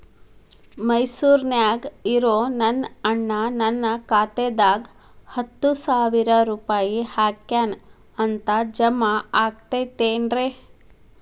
ಮೈಸೂರ್ ನ್ಯಾಗ್ ಇರೋ ನನ್ನ ಅಣ್ಣ ನನ್ನ ಖಾತೆದಾಗ್ ಹತ್ತು ಸಾವಿರ ರೂಪಾಯಿ ಹಾಕ್ಯಾನ್ ಅಂತ, ಜಮಾ ಆಗೈತೇನ್ರೇ?